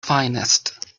finest